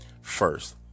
first